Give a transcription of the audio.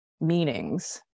meanings